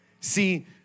See